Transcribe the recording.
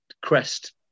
crest